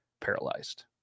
paralyzed